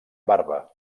barba